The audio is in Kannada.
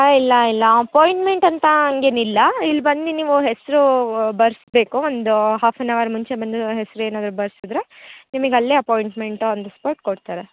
ಇಲ್ಲ ಇಲ್ಲ ಅಪಾಯಿಂಟ್ಮೆಂಟ್ ಅಂತ ಹಂಗೇನಿಲ್ಲ ಇಲ್ಲಿ ಬಂದು ನೀವು ಹೆಸರು ಬರೆಸ್ಬೇಕು ಒಂದು ಹಾಫ್ ಎನ್ ಅವರ್ ಮುಂಚೆ ಬಂದು ಹೆಸ್ರು ಏನಾದರೂ ಬರೆಸಿದ್ರೆ ನಿಮಗ್ ಅಲ್ಲೇ ಅಪಾಯಿಂಟ್ಮೆಂಟ್ ಆನ್ ದ ಸ್ಪಾಟ್ ಕೊಡ್ತಾರೆ